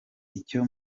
icyo